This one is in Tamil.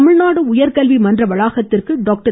தமிழ்நாடு உயர்கல்வி மன்ற வளாகத்திற்கு டாக்டர்